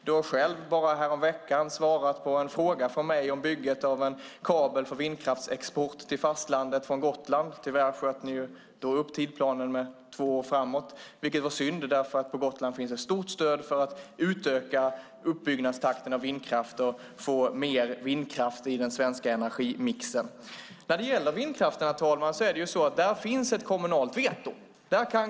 Du svarade själv så sent som häromveckan på en fråga från mig om bygget av en kabel för vindraftsexport till fastlandet från Gotland. Tyvärr sköt ni upp tidplanen med två år, vilket var synd eftersom det på Gotland finns ett stort stöd för att utöka uppbyggnadstakten av vindraft och få mer vindkraft i den svenska energimixen. När det gäller vindkraften, herr talman, finns det ett kommunalt veto.